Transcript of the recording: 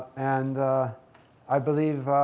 and i believe